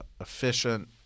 efficient